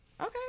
Okay